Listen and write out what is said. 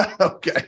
Okay